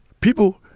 People